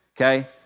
Okay